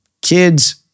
kids